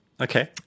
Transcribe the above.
Okay